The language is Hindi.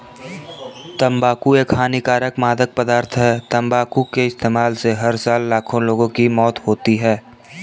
तंबाकू एक हानिकारक मादक पदार्थ है, तंबाकू के इस्तेमाल से हर साल लाखों लोगों की मौत होती है